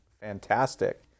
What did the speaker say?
fantastic